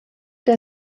der